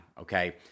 okay